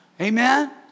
Amen